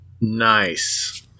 Nice